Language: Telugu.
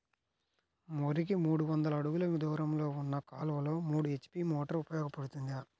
వరికి మూడు వందల అడుగులు దూరంలో ఉన్న కాలువలో మూడు హెచ్.పీ మోటార్ ఉపయోగపడుతుందా?